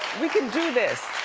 we can do this.